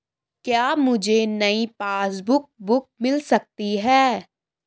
क्या मुझे नयी पासबुक बुक मिल सकती है?